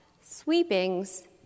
sweepings